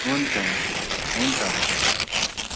हुन्छ हुन्छ हुन्छ हुन्छ हजुर